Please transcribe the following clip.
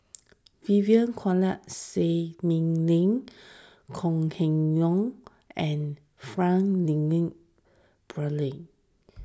Vivien Quahe Seah Lin Lin Kong Keng Yong and Frank